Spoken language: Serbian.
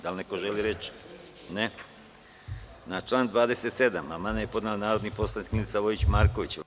Da li neko želi reč? (Ne) Na član 27. amandman je podnela narodni poslanik Milica Vojić Marković.